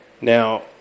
Now